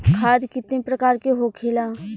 खाद कितने प्रकार के होखेला?